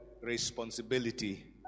responsibility